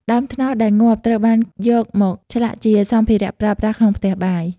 ដើមត្នោតដែលងាប់ត្រូវបានយកមកឆ្លាក់ជាសម្ភារៈប្រើប្រាស់ក្នុងផ្ទះបាយ។